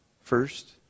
First